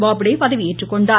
பாப்டே பதவி ஏற்றுக்கொண்டார்